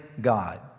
God